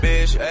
Bitch